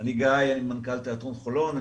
אני מנכ"ל תיאטרון חולון.